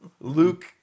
Luke